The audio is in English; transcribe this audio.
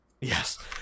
Yes